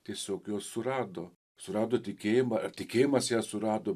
tiesiog jos surado surado tikėjimą ar tikėjimas jas surado